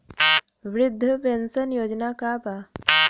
वृद्ध पेंशन योजना का बा?